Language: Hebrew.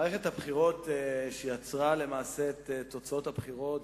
מערכת הבחירות שיצרה, למעשה, את תוצאות הבחירות,